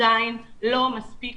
עדיין לא מספיק